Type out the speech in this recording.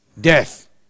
death